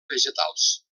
vegetals